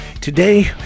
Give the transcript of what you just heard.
today